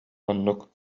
оннук